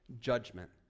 judgment